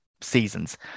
seasons